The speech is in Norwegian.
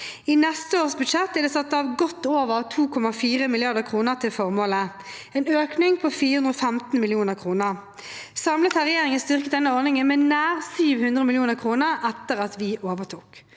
I neste års budsjett er det satt av godt over 2,4 mrd. kr til formålet, en økning på 415 mill. kr. Samlet har regjeringen styrket denne ordningen med nær 700 mill. kr etter at vi overtok.